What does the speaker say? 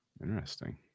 interesting